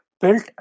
built